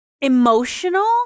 emotional